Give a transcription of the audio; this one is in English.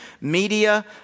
media